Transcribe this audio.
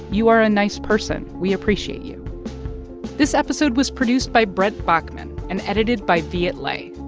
you are a nice person. we appreciate you this episode was produced by brent baughman and edited by viet le.